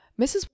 Mrs